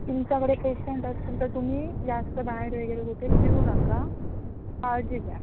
तुमच्याकडे पेशंट असतील तर तुम्ही जास्त बाहेर वगैरे कुठे फिरू नका काळजी घ्या